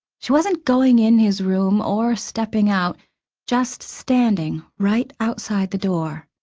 she wasn't going in his room or stepping out just standing right outside the door,